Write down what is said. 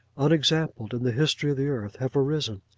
unexampled in the history of the earth, have arisen,